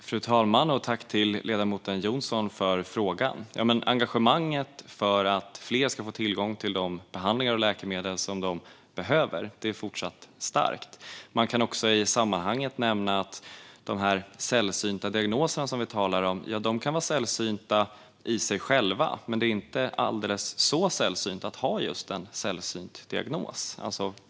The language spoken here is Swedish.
Fru talman! Tack, ledamoten Jonsson, för frågan! Engagemanget för att fler ska få tillgång till de behandlingar och läkemedel som de behöver är fortsatt starkt. Man kan också i sammanhanget nämna att de sällsynta diagnoser som vi talar om kan vara sällsynta i sig själva, men det är inte så alldeles sällsynt att ha just en sällsynt diagnos.